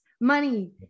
money